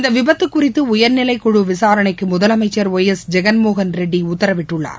இந்தவிபத்துகுறித்துடயர்நிலைக்குழுவிசாரணைக்குழுதலமைச்சர் எஸ் ஒப் ஜெகன்மோகன்ரெட்டிஉத்தரவிட்டுள்ளார்